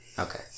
Okay